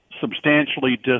substantially